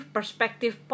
Perspective